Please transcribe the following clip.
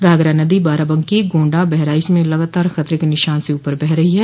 घाघरा नदी बाराबंकी गोण्डा बहराइच में लगातार खतरे के निशान से ऊपर बह रही है